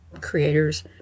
creators